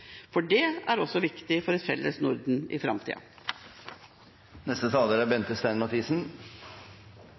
endres. Det er også viktig for et felles Norden i framtida. Jeg vil også takke statsråden for redegjørelsen. I Norden er